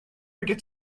forget